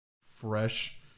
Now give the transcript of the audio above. Fresh